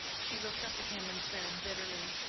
she looked up at him and said, bitterly,